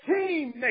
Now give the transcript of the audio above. teammate